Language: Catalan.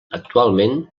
actualment